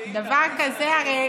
דבר כזה הרי